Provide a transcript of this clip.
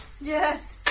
Yes